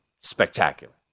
spectacular